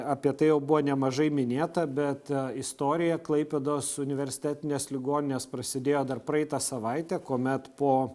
apie apie tai jau buvo nemažai minėta bet istorija klaipėdos universitetinės ligoninės prasidėjo dar praeitą savaitę kuomet po